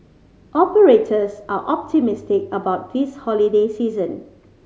operators are optimistic about this holiday season